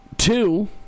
Two